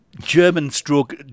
German-stroke